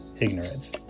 ignorance